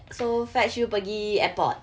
so fetch you pergi airport